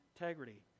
integrity